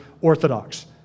orthodox